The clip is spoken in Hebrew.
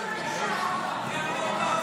השר בן גביר לא הצביע.